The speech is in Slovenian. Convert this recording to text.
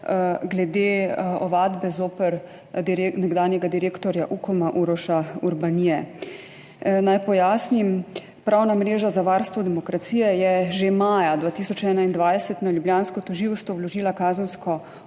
glede ovadbe zoper nekdanjega direktorja Ukoma Uroša Urbanije. Naj pojasnim. Pravna mreža za varstvo demokracije je že maja 2021 na ljubljansko tožilstvo vložila kazensko ovadbo